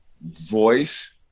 voice